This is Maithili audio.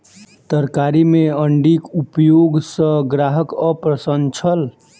तरकारी में अण्डीक उपयोग सॅ ग्राहक अप्रसन्न छल